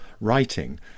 writing